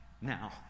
now